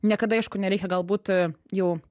niekada aišku nereikia galbūt jau